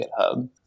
GitHub